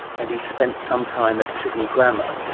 and he spent some time at sydney grammar.